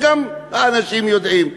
גם את זה האנשים יודעים.